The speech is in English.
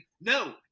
No